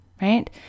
right